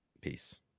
Peace